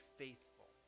faithful